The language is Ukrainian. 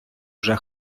вже